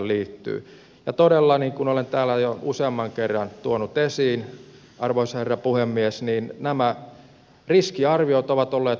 ja todella niin kuin olen täällä jo useamman kerran tuonut esiin arvoisa herra puhemies nämä riskiarviot ovat olleet virheelliset